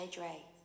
Dre